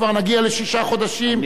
כבר נגיע לשישה חודשים,